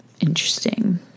Interesting